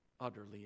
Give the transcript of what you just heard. utterly